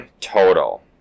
total